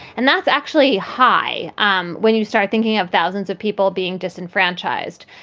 and that's actually high um when you start thinking of thousands of people being disenfranchised.